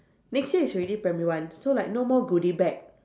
next year is already primary one so like no more goody bag